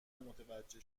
متوجه